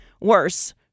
worse